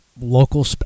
local